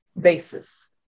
basis